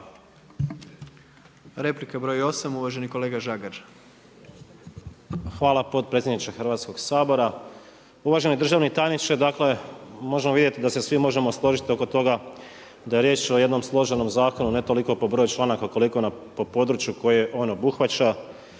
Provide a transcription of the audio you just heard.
Replika broj 8, uvaženi kolega Žagar. **Žagar, Tomislav (Nezavisni)** Hvala potpredsjedniče Hrvatskog sabora. Uvaženi državni tajniče, dakle možemo vidjeti da se svi možemo složiti oko toga da je riječ o jednom složenom zakonu, ne toliko po broju članaka koliko po području koje on obuhvaća.